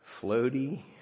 floaty